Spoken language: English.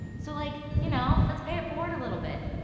so, like you know, let's pay it forward a little bit,